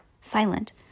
silent